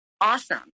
awesome